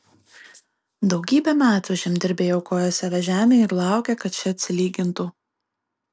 daugybę metų žemdirbiai aukoja save žemei ir laukia kad ši atsilygintų